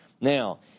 Now